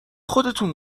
خودتون